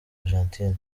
argentine